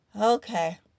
Okay